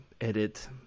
edit